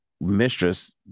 mistress